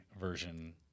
version